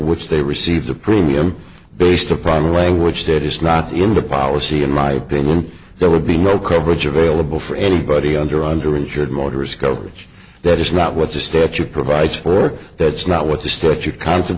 which they receive the premium based upon the language that is not in the policy in my opinion there would be no coverage available for anybody under under insured more risk of rich that is not what the statute provides for that's not what the statute con